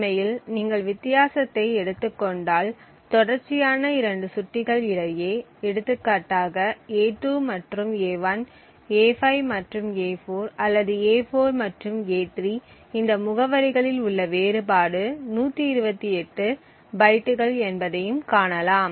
உண்மையில் நீங்கள் வித்தியாசத்தை எடுத்துக் கொண்டால் தொடர்ச்சியான இரண்டு சுட்டிகள் இடையே எடுத்துக்காட்டாக a2 மற்றும் a1 a5 மற்றும் a4 அல்லது a4 மற்றும் a3 இந்த முகவரிகளில் உள்ள வேறுபாடு 128 பைட்டுகள் என்பதைக் காணலாம்